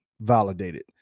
validated